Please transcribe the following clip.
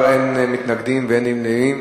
17 בעד, אין מתנגדים ואין נמנעים.